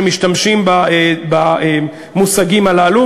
שמשתמשים במושגים הללו,